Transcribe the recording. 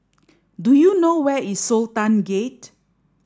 do you know where is Sultan Gate